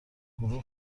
گروه